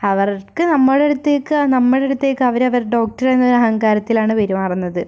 അവർക്ക് നമ്മുടെ അടുത്തേക്ക് നമ്മുടെ അടുത്തേക്ക് അവരവരുടെ ഡോക്ടർ എന്ന അഹങ്കാരത്തിലാണ് പെരുമാറുന്നത്